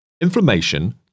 Inflammation